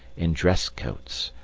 in dress coats,